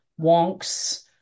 wonks